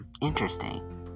interesting